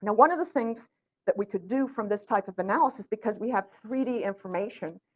one of the things that we can do from this type of analysis because we have three d information,